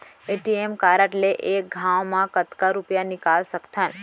ATM card ले एक घव म कतका रुपिया निकाल सकथव?